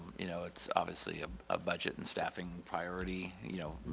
you know, it's obviously a ah budget and staffing priority, you know,